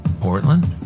Portland